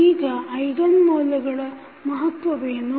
ಈಗ ಐಗನ್ ಮೌಲ್ಯಗಳ ಮಹತ್ವವೇನು